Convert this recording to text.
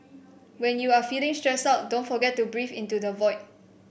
when you are feeling stressed out don't forget to breathe into the void